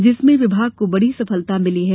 जिसमें विभाग को बड़ी सफलता मिली है